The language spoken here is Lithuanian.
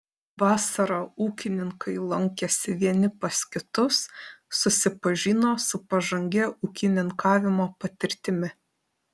vasarą ūkininkai lankėsi vieni pas kitus susipažino su pažangia ūkininkavimo patirtimi